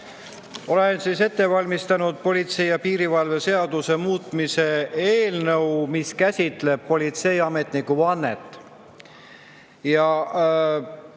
Olen ette valmistanud politsei ja piirivalve seaduse muutmise [seaduse] eelnõu, mis käsitleb politseiametniku vannet.